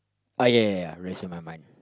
ah ya ya ya ya rest in my mind